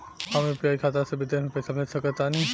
हम यू.पी.आई खाता से विदेश म पइसा भेज सक तानि?